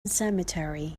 cemetery